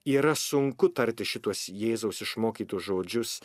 yra sunku tarti šituos jėzaus išmokytus žodžius